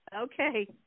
Okay